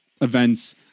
events